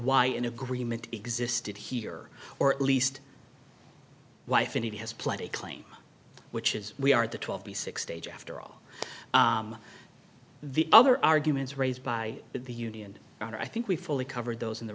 why an agreement existed here or at least wife in it has played a claim which is we are the twelve the six stage after all the other arguments raised by the union and i think we fully covered those in the